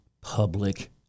public